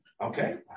Okay